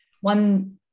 one